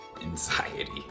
Anxiety